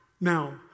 now